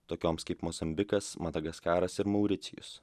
tokioms kaip mozambikas madagaskaras ir mauricijus